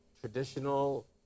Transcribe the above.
traditional